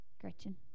Gretchen